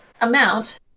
amount